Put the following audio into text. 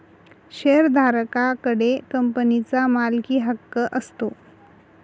शेअरधारका कडे कंपनीचा मालकीहक्क असतो